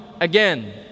again